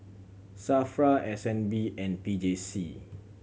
SAFRA S N B and P J C